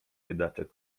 biedaczek